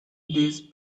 these